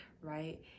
right